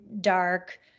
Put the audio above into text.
dark